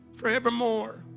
forevermore